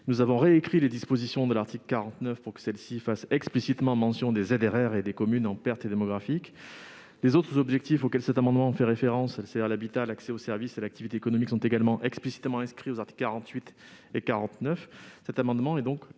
Nous avons réécrit le dispositif de l'article 49 pour que celui-ci fasse explicitement mention des ZRR et des communes en perte démographique. En outre, les autres objectifs auxquels cet amendement fait référence, c'est-à-dire l'habitat, l'accès aux services et l'activité économique, sont explicitement inscrits aux articles 48 et 49.